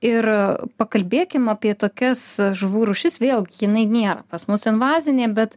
ir pakalbėkim apie tokias žuvų rūšis vėl jinai nėra pas mus invazinė bet